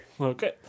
Okay